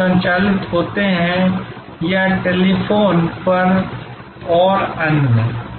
संचालित होते हैं या टेलीफोन पर और अन्य